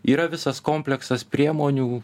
yra visas kompleksas priemonių